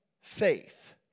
faith